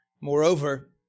Moreover